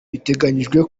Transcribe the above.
biteganijwe